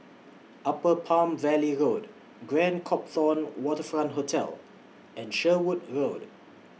Upper Palm Valley Road Grand Copthorne Waterfront Hotel and Sherwood Road